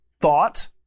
thought